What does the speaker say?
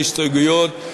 ההסתייגויות,